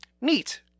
Neat